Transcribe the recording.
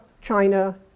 China